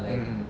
mm mm